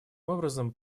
образом